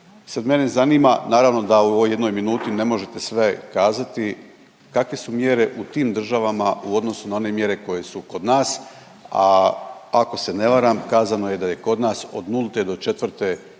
Sad mene zanima, naravno da u ovoj jednoj minuti ne možete sve kazati, kakve su mjere u tim državama u odnosu na one mjere koje su kod nas, a ako se ne varam kazano je da je kod nas od nulte do